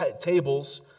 tables